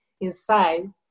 inside